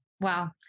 Wow